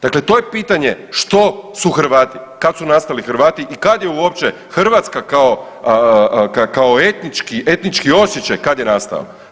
Dakle, to je pitanje što su Hrvati, kad su nastali Hrvati i kad je uopće Hrvatska kao etnički, etnički osjećaj kad je nastao.